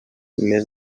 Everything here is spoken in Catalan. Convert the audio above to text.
més